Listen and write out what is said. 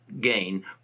gain